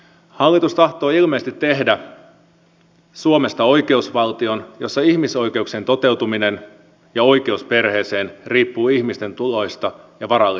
hallitus tahtoo ilmeisesti tehdä suomesta oikeusvaltion jossa ihmisoikeuksien toteutuminen ja oikeus perheeseen riippuu ihmisten tuloista ja varallisuudesta